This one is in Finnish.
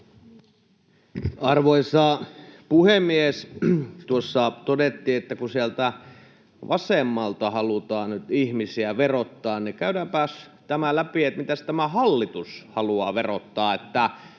Arvoisa puhemies! Kun tuossa todettiin, että sieltä vasemmalta halutaan nyt ihmisiä verottaa, niin käydäänpäs tämä läpi, että mitäs tämä hallitus haluaa verottaa.